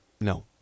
No